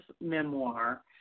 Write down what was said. memoir